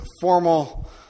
formal